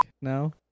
now